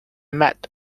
mat